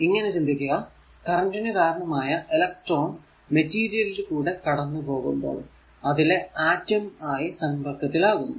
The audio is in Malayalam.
ഇങ്ങനെ ചിന്തിക്കുക കറന്റിനു കാരണമായ ഇലക്ട്രോൺ മെറ്റീരിയൽ കൂടെ കടന്നു പോകുമ്പോൾ അതിലെ ആറ്റം ആയി സമ്പർക്കത്തിൽ ആകുന്നു